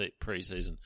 preseason